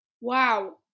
wow